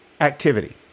activity